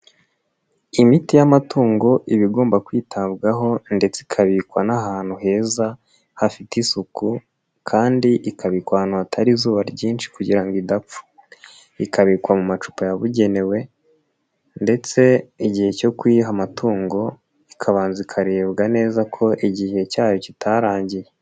Imiti y'amatungo iba igomba kwitabwaho ndetse ikabikwa n'ahantu heza, hafite isuku kandi ikabikwa ahantu hatari izuba ryinshi kugira ngo idapfa. Ikabikwa mu macupa yabugenewe ndetse igihe cyo kuyiha amatungo, ikabanza ikarebwa neza ko igihe cyayo kitarangiye.